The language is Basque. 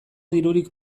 dirurik